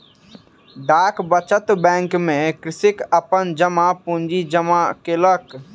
डाक बचत बैंक में कृषक अपन जमा पूंजी जमा केलक